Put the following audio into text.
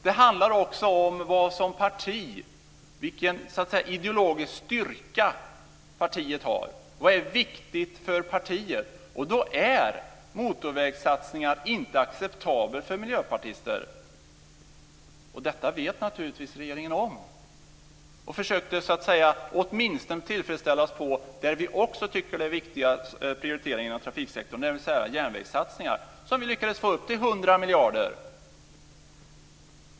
Det handlar också om vilken ideologisk styrka partiet har, vad är viktigt för partiet. Då är motorvägssatsningar inte acceptabla för miljöpartister. Detta vet regeringen naturligtvis om och försökte åtminstone tillfredsställa oss där vi tycker att det är viktiga prioriteringar på trafiksäkerheten, nämligen järnvägssatsningar. Dem lyckades vi få upp till 100 miljarder.